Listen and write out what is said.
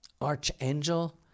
archangel